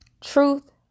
Truth